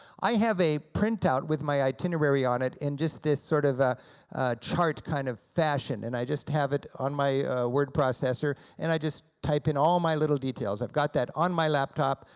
i have a printout with my itinerary on it in just this sort of a chart kind of fashion, and i just have it on my word processor and i just type in all my little details. i've got that on my laptop,